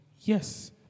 Yes